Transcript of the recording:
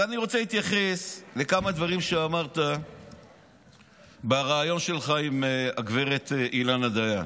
אני רוצה להתייחס לכמה דברים שאמרת בריאיון שלך עם גב' אילנה דיין.